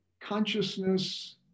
consciousness